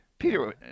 Peter